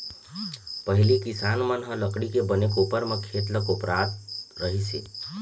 पहिली किसान मन ह लकड़ी के बने कोपर म खेत ल कोपरत रहिस हे